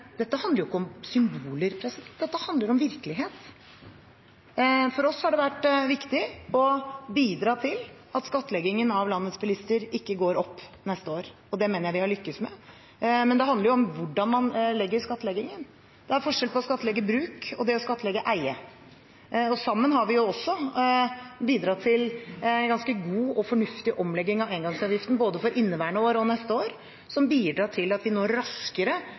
dette handler ikke om symboler. Dette handler om virkelighet. For oss har det vært viktig å bidra til at skattleggingen av landets bilister ikke går opp neste år, og det mener jeg vi har lyktes med. Det handler om hvordan man skattlegger. Det er forskjell på å skattlegge bruk og å skattlegge eie. Sammen har vi også bidratt til en ganske god og fornuftig omlegging av engangsavgiften for både inneværende år og neste år, som bidrar til at vi nå raskere